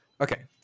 Okay